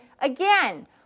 again